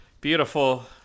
Beautiful